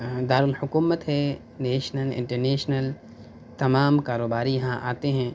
دارالحکومت ہے national international تمام کاروباری یہاں آتے ہیں